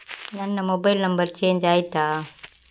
ನನ್ನ mobile number change ಆಯ್ತಾ?